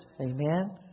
amen